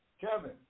Kevin